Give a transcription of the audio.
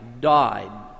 died